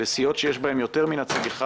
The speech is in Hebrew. לסיעות שיש בהן יותר מנציג אחד,